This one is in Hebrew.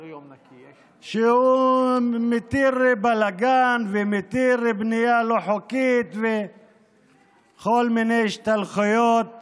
שהוא מתיר בלגן ומתיר בנייה לא חוקית וכל מיני השתלחויות